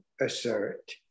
assert